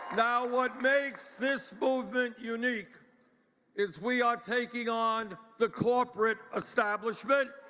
now, what makes this movement unique is we are taking on the corporate establishment.